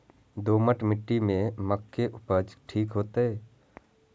दोमट मिट्टी में मक्के उपज ठीक होते?